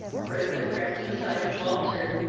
bertha crept to the side of walter,